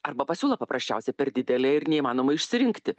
arba pasiūla paprasčiausiai per didelė ir neįmanoma išsirinkti